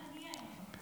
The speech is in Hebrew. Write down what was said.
מעניין.